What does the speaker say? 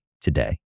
today